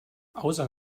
außer